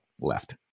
left